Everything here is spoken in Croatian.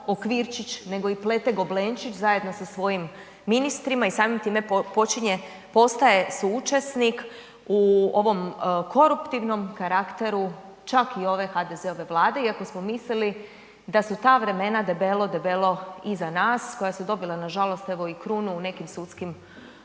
okvirčić, nego i plete goblenčić zajedno sa svojim ministrima i samim time postaje suučesnik u ovom koruptivnom karakteru čak i ove HDZ-ove Vlade iako smo mislili da su ta vremena debelo, debelo iza nas, koja su dobila nažalost evo i krunu u nekim sudskim